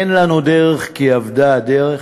אין לנו דרך כי אבדה הדרך?